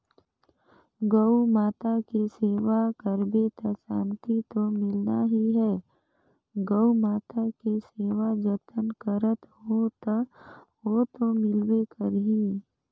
गउ माता के सेवा करबे त सांति तो मिलना ही है, गउ माता के सेवा जतन करत हो त ओतो मिलबे करही